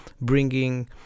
bringing